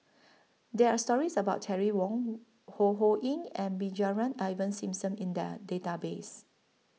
There Are stories about Terry Wong Ho Ho Ying and Brigadier Ivan Simson in The Database